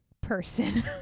person